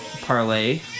parlay